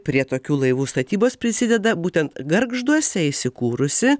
prie tokių laivų statybos prisideda būtent gargžduose įsikūrusi